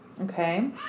Okay